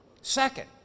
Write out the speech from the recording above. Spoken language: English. Second